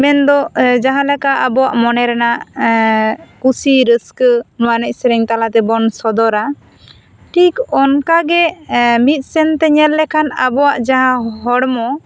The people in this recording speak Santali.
ᱢᱮᱱ ᱫᱚ ᱟᱸ ᱢᱟᱦᱟᱸ ᱞᱮᱠᱟ ᱟᱵᱚᱣᱟᱜ ᱢᱚᱱᱮ ᱨᱮᱱᱟᱜ ᱠᱩᱥᱤ ᱨᱟᱹᱥᱠᱟᱹ ᱱᱚᱣᱟ ᱮᱱᱮᱡ ᱥᱮᱨᱮᱧ ᱛᱟᱞᱟ ᱛᱮ ᱵᱚᱱ ᱥᱚᱫᱚᱨᱟ ᱴᱷᱤᱠ ᱚᱱᱠᱟ ᱜᱮ ᱢᱤᱫ ᱥᱮᱱᱛᱮ ᱧᱮᱞ ᱞᱮᱠᱷᱟᱱ ᱟᱵᱚᱣᱟᱜ ᱡᱟᱦᱟᱸ ᱦᱚᱲᱢᱚ